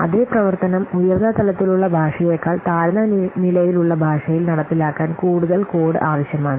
അതേ പ്രവർത്തനം ഉയർന്ന തലത്തിലുള്ള ഭാഷയേക്കാൾ താഴ്ന്ന നിലയിലുള്ള ഭാഷയിൽ നടപ്പിലാക്കാൻ കൂടുതൽ കോഡ് ആവശ്യമാണ്